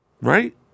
Right